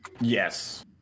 Yes